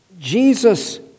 Jesus